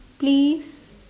please